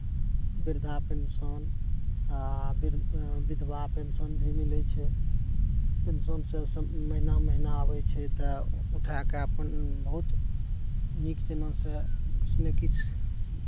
बृद्धा पेंशन आ विधवा पेंशन भी मिलै छै पेंशनसँ महीना महीना आबै छै तऽ उठाके अपन बहुत नीक जेनासँ किछु ने किछु